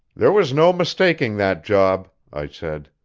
there was no mistaking that job, i said.